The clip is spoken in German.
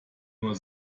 nur